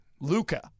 Luca